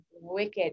wicked